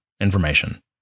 information